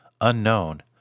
unknown